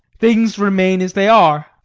things remain as they are.